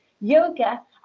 yoga